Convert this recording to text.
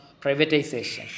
privatization